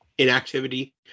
inactivity